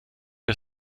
der